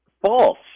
false